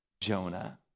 Jonah